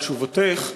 על תשובתך.